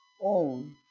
own